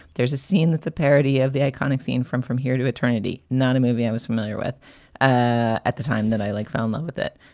there's a scene that's a parody of the iconic scene from from here to eternity. not a movie i was familiar with ah at the time that i, like, fell in love with it.